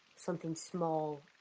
something small,